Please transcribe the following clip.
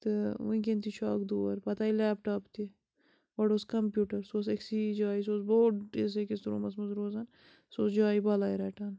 تہٕ وُنٛکیٚن تہِ چھُ اَکھ دور پَتہٕ آیہِ لیٚپ ٹاپ تہِ گۄڈٕ اوس کَمپیٛوٗٹَر سُہ اوس أکسٕے جایہِ سُہ اوس بوٚڑِس أکِس روٗمَس منٛز روزان سُہ اوس جایہِ بَلاے رَٹان